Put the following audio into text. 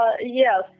Yes